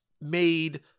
made